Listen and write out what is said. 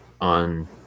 on